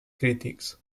crítics